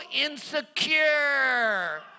insecure